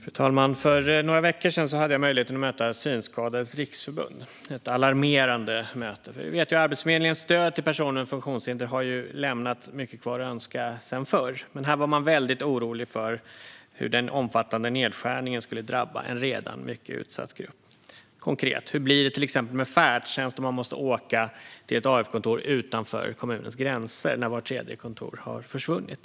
Fru talman! För några veckor sedan fick jag möjligheten att möta Synskadades Riksförbund. Det var ett alarmerande möte. Vi vet att Arbetsförmedlingens stöd till personer med funktionshinder redan förut har lämnat mycket att önska, men nu var man orolig för hur den omfattande nedskärningen skulle drabba en redan mycket utsatt grupp. En konkret fråga var till exempel hur det blir med färdtjänst om man måste åka till ett AF-kontor utanför kommunens gränser efter att vart tredje kontor har försvunnit.